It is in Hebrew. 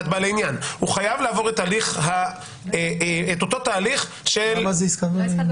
הוא חייב לעבור את אותו תהליך של --- למה זו עסקת בעלי עניין?